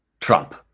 Trump